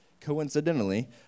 coincidentally